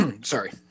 sorry